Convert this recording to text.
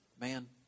Man